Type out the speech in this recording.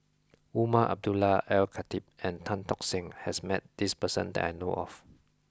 Umar Abdullah Al Khatib and Tan Tock Seng has met this person that I know of